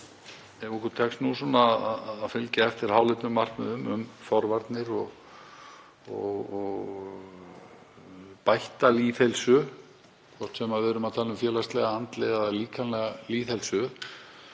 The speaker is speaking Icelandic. Ef okkur tekst að fylgja eftir háleitum markmiðum um forvarnir og bætta lýðheilsu, hvort sem við erum að tala um félagslega, andlega eða líkamlega lýðheilsu,